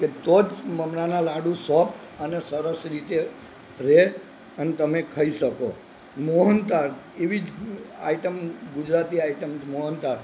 તો જ મમરાના લાડુ સોફ્ટ અને સરસ રીતે રહે અને તમે ખાઈ શકો મોહનથાળ એવી જ આઈટમ ગુજરાતી આઈટમ મોહનથાળ